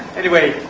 anyway,